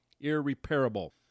irreparable